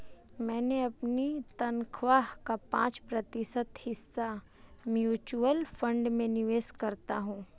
मैं अपनी तनख्वाह का पाँच प्रतिशत हिस्सा म्यूचुअल फंड में निवेश करता हूँ